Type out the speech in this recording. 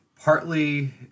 Partly